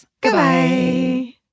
Goodbye